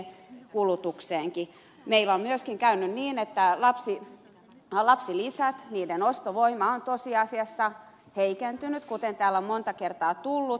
meillä on myöskin käynyt niin että lapsilisien ostovoima on tosiasiassa heikentynyt kuten täällä on monta kertaa tullut esiin